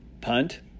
punt